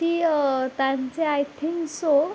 ती त्यांचे I think so